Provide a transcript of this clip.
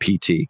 PT